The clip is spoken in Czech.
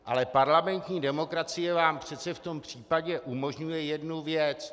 Ale parlamentní demokracie vám přece v tom případě umožňuje jednu věc.